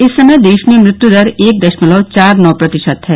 इस समय देश में मृत्यु दर एक दशमलव चार नौ प्रतिशत है